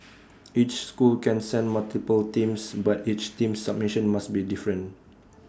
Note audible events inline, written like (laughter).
(noise) each school can send multiple teams but each team's submission must be different